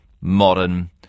modern